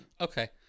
Okay